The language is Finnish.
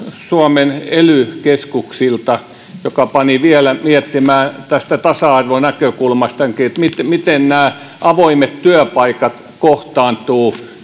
suomen ely keskuksilta joka pani vielä miettimään tasa arvonäkökulmasta miten miten nämä avoimet työpaikat kohtaantuvat